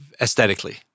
aesthetically